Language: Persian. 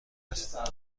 است